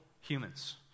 humans